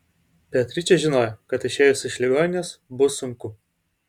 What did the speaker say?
beatričė žinojo kad išėjus iš ligoninės bus sunku